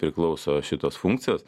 priklauso šitos funkcijos